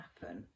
happen